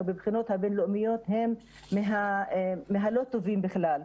בבחינות הבינלאומיות הם מהלא טובים בכלל.